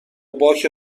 باک